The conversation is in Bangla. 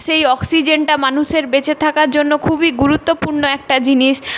সেই অক্সিজেনটা মানুষের বেঁচে থাকার জন্য খুবই গুরুত্বপূর্ণ একটা জিনিস